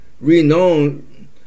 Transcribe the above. renowned